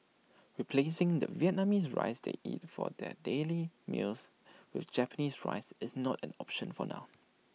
replacing the Vietnamese rice they eat for their daily meals with Japanese rice is not an option for now